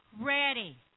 ready